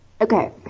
Okay